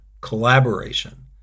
collaboration